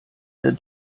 der